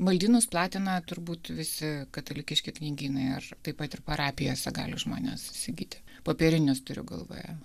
maldynus platina turbūt visi katalikiški knygynai ar taip pat ir parapijose gali žmonės įsigyti popierinius turiu galvoje